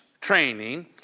training